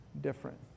different